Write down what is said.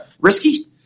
risky